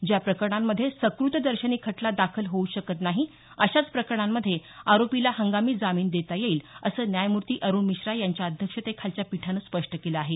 ज्या प्रकरणांमध्ये सकृतदर्शनी खटला दाखल होऊ शकत नाही अशाच प्रकरणांमध्ये आरोपीला हंगामी जामीन देता येईल असं न्याययमूर्ती अरूण मिश्रा यांच्या अध्यक्षतेखालच्या पीठानं स्पष्ट केलं आहे